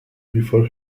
before